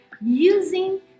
using